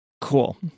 Cool